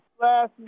last